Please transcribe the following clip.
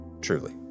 Truly